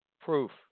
Proof